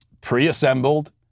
pre-assembled